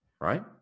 right